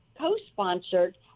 co-sponsored –